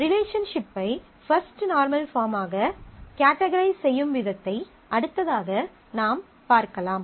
ரிலேஷன்ஷிப்பை first normal பாஃர்மாக categorise செய்யும் விதத்தை அடுத்ததாக நாம் பார்க்கலாம்